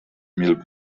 mil